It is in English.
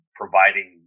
providing